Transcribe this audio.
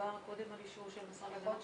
מדובר קודם על אישור של המשרד להגנת הסביבה.